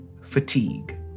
fatigue